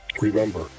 Remember